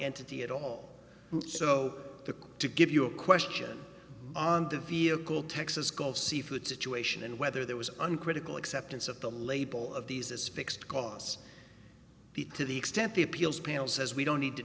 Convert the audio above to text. entity at all so to to give you a question on the vehicle texas gulf seafood situation and whether there was an uncritical acceptance of the label of these as fixed costs beat to the extent the appeals panel says we don't need to